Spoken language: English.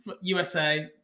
USA